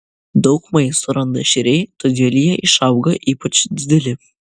daug maisto randa ešeriai todėl jie išauga ypač dideli